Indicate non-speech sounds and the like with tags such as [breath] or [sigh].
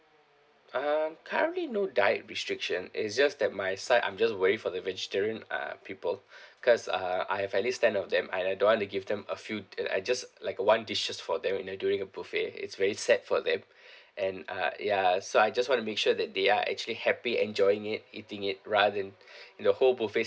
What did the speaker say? um currently no diet restriction it's just that my side I'm just worried for the vegetarian uh people [breath] cause uh I have at least ten of them and I don't want to give them a few d~ I just like one dishes for them you know during a buffet it's very sad for them [breath] and uh ya so I just want to make sure that they are actually happy enjoying it eating it rather than [breath] in the whole buffet